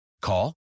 Call